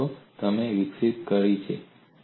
આ શરતો તમે વિકસિત કરી છે